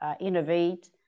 innovate